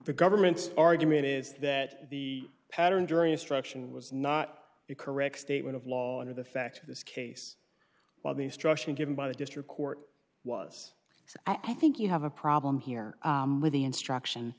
the government's argument is that the pattern jury instruction was not a correct statement of law under the facts of this case while the structure given by the district court was so i think you have a problem here with the instruction